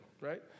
right